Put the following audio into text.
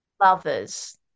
lovers